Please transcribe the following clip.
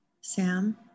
Sam